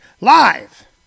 live